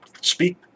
speak